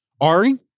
Ari